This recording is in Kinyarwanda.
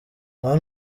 nta